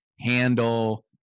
handle